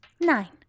Nine